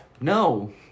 No